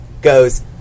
goes